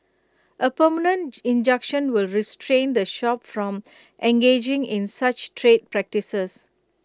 A permanent injunction will restrain the shop from engaging in such trade practices